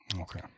Okay